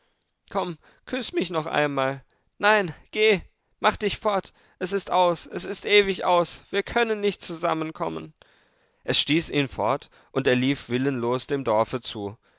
komm küß mich noch einmal nein geh mach dich fort es ist aus es ist ewig aus wir können nicht zusammenkommen es stieß ihn fort und er lief willenlos dem dorfe zu